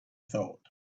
thought